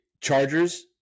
chargers